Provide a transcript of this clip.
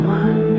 one